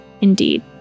indeed